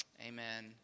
Amen